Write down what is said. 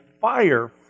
fire